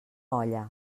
olla